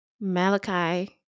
Malachi